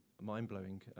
mind-blowing